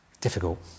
Difficult